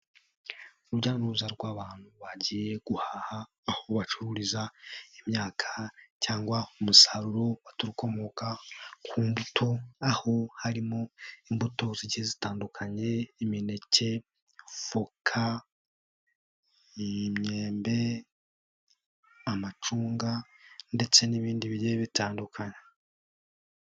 Urujya n'uruza rw'abantu bagiye guhaha aho bacururiza imyaka cyangwa umusaruro ukomoka ku mbuto aho harimo imbuto zigiye zitandukanye: imineke, voka, imyembe, amacunga ndetse n'ibindi bigiye bitandukanye.